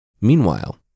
Meanwhile